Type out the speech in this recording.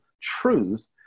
truth